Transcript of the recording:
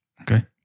Okay